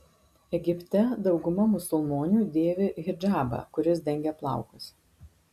egipte dauguma musulmonių dėvi hidžabą kuris dengia plaukus